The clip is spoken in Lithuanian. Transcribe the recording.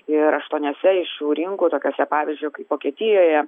ir aštuoniose iš šių rinkų tokiose pavyzdžiui kaip vokietijoje